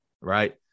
right